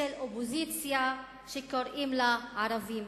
של אופוזיציה שקוראים לה "ערבים"?